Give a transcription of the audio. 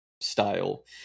style